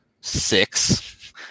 six